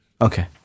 Okay